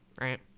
right